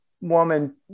woman